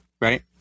Right